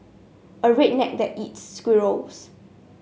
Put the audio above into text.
a redneck that eats squirrels